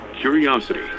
curiosity